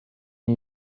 new